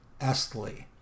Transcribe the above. Estley